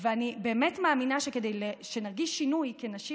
ואני באמת מאמינה שכדי שנרגיש שינוי כנשים